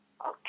Okay